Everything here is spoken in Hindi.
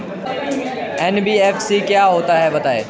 एन.बी.एफ.सी क्या होता है बताएँ?